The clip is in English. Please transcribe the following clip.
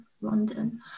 london